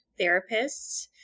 therapists